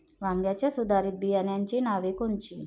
वांग्याच्या सुधारित बियाणांची नावे कोनची?